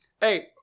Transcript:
Hey